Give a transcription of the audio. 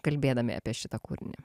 kalbėdami apie šitą kūrinį